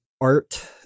art